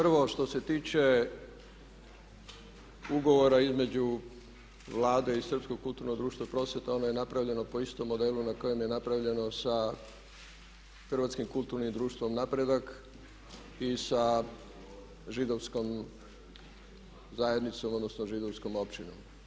Prvo što se tiče ugovora između Vlade i Srpskog kulturnog društva prosvjeta ona je napravljena po istom modelu na kojem je napravljeno sa Hrvatskim kulturnim društvom Napredak i židovskom zajednicom odnosno židovskom općinom.